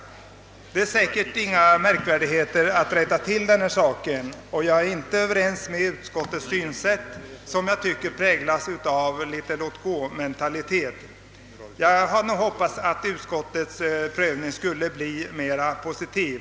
Det är säkert inte svårt att rätta till denna sak, och jag är inte överens med utskottets skrivning, som jag tycker präglas av en viss låt-gåmentalitet. Jag hade hoppats att utskottets prövning skulle bli mera positiv.